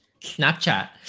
Snapchat